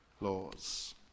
laws